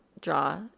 draw